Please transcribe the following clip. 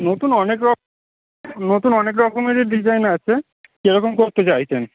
নতুন অনেক নতুন অনেক রকমেরই ডিজাইন আছে কেরকম করতে চাইছে